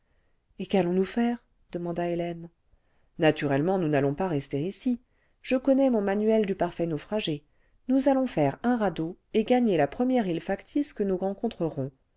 et quallôns nôus faire demandai hélène naturellement nous n'allons pas rester ici je connais mon manuel du parfait naufragé nous allons faire un radeau et gagner la première île factice que nous rencontrerons